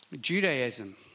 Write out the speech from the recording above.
Judaism